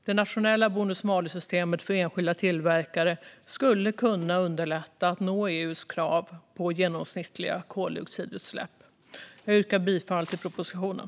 Det nationella bonus-malus-systemet skulle kunna underlätta för enskilda tillverkare att nå EU:s krav på genomsnittliga koldioxidutsläpp. Jag yrkar bifall till propositionen.